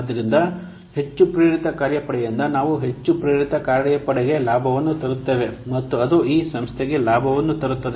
ಆದ್ದರಿಂದ ಹೆಚ್ಚು ಪ್ರೇರಿತ ಕಾರ್ಯಪಡೆಯಿಂದ ನಾವು ಹೆಚ್ಚು ಪ್ರೇರಿತ ಕಾರ್ಯಪಡೆಗೆ ಲಾಭವನ್ನು ತರುತ್ತೇವೆ ಮತ್ತು ಅದು ಈ ಸಂಸ್ಥೆಗೆ ಲಾಭವನ್ನು ತರುತ್ತದೆ